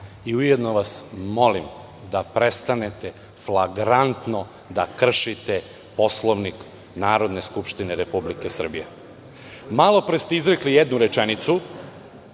i ujedno vas molim, da prestanete flagrantno da kršite Poslovnik Narodne skupštine Republike Srbije. Malo pre ste izrekli jednu rečenicu